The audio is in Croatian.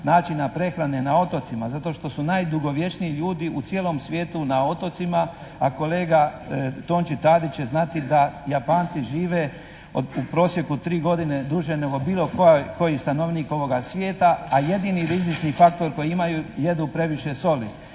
načina prehrane na otocima zato što su najdugovječniji ljudi u cijelom svijetu na otocima a kolega Tonči Tadić će znati da Japanci žive u prosjeku tri godine duže nego bilo koji stanovnik ovoga svijeta, a jedini rizici i faktor koji imaju, jedu previše soli